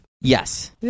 Yes